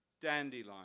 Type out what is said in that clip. dandelion